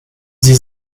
sie